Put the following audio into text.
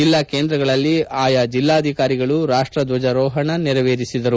ಜೆಲ್ಲಾ ಕೇಂದ್ರಗಳಲ್ಲಿ ಜೆಲ್ಲಾಧಿಕಾರಿಗಳು ರಾಷ್ಟ ಧ್ವಜಾರೋಹಣ ನೆರವೇರಿಸಿದರು